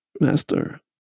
master